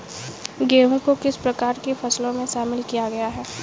गेहूँ को किस प्रकार की फसलों में शामिल किया गया है?